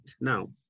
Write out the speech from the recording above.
Now